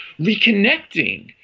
reconnecting